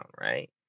right